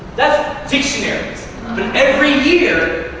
that's dictionaries. but every year,